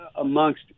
amongst